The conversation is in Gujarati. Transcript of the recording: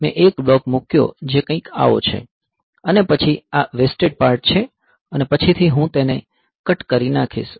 મેં એક બ્લોક મૂક્યો જે કંઈક આવો છે અને પછી આ વેસ્ટેડ પાર્ટ છે અને પછીથી હું તેને કટ કરી નાખીશ